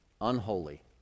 unholy